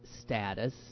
status